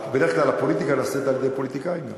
בדרך כלל הפוליטיקה נעשית על-ידי פוליטיקאים גם.